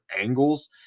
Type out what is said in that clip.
angles